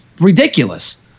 ridiculous